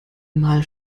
mal